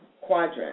quadrant